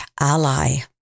ally